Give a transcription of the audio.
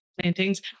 plantings